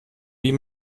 wie